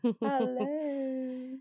Hello